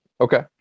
Okay